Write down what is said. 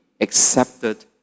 accepted